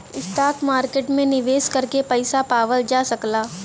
stock market में निवेश करके पइसा पावल जा सकला